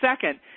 second